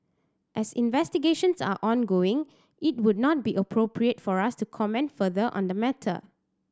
as investigations are ongoing it would not be appropriate for us to comment further on the matter